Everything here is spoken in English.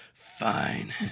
fine